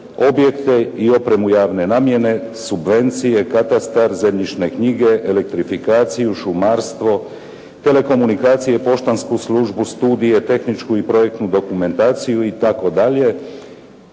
objekte i opremu javne namjene, subvencije, katastar, zemljišne knjige, elektrifikaciju, šumarstvo, telekomunikacije, poštansku službu, studije, tehničku i projektnu dokumentaciju itd.